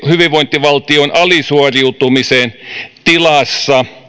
hyvinvointivaltion alisuoriutumisen tilassa